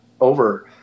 over